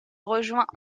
rejoint